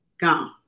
Gone